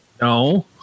No